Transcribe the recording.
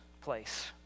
place